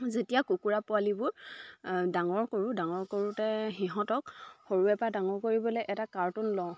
যেতিয়া কুকুৰা পোৱালিবোৰ ডাঙৰ কৰোঁ ডাঙৰ কৰোঁতে সিহঁতক সৰুৰে পৰা ডাঙৰ কৰিবলৈ এটা কাৰ্টুন লওঁ